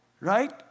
right